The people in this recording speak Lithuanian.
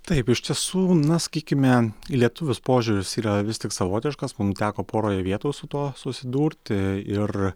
taip iš tiesų na sakykime į lietuvius požiūris yra vis tik savotiškas mum teko poroje vietų su tuo susidurti ir